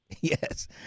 Yes